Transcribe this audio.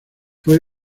fue